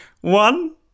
One